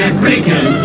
African